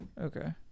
Okay